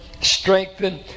strengthen